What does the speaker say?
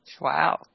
Wow